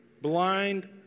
blind